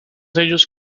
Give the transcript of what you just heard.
ellos